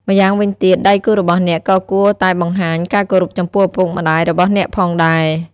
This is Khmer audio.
ម្យ៉ាងវិញទៀត ដៃគូរបស់អ្នកក៏គួរតែបង្ហាញការគោរពចំពោះឪពុកម្ដាយរបស់អ្នកផងដែរ។